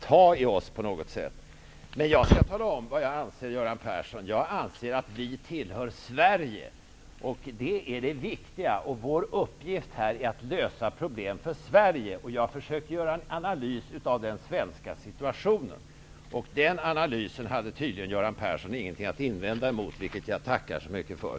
Det är farligt att ens ta i oss. Jag anser att vi tillhör Sverige. Det är det viktiga. Vår uppgift är att lösa problem för Sverige. Jag har försökt göra en analys av situationen i Sverige. Den analysen hade Göran Persson tydligen ingenting att invända emot. Det tackar jag så mycket för.